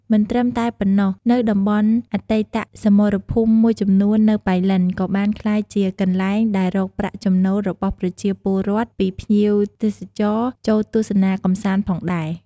មិនត្រឹមតែប៉ុណ្ណោះ នៅតំបន់អតីតសមរភូមិមួយចំនួននៅប៉ៃលិនក៏បានក្លាយជាកន្លែងដែលរកប្រាក់ចំណូលរបស់ប្រជាពលរដ្ធពីភ្ញៀវទេសចរចូលទស្សនាកម្សាន្តផងដែរ។